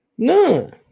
None